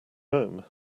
home